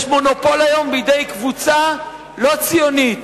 יש מונופול היום בידי קבוצה לא ציונית.